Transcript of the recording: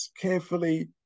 carefully